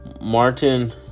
martin